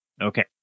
Okay